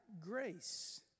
grace